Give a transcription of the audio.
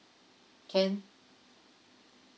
can